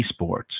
esports